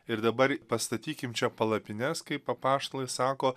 ir dabar į pastatykim čia palapines kaip apaštalai sako